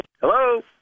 Hello